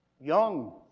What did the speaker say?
Young